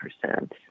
percent